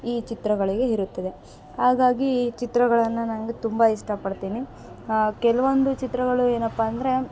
ಈ ಚಿತ್ರಗಳಿಗೆ ಇರುತ್ತದೆ ಹಾಗಾಗಿ ಈ ಚಿತ್ರಗಳನ್ನು ನಂಗೆ ತುಂಬಾ ಇಷ್ಟ ಪಡ್ತೀನಿ ಕೆಲವೊಂದು ಚಿತ್ರಗಳು ಏನಪ್ಪ ಅಂದರೆ